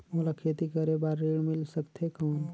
मोला खेती करे बार ऋण मिल सकथे कौन?